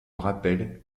rappelle